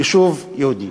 יישוב יהודי.